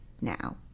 now